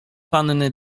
panny